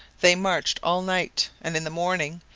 they marched all night, and in the morning,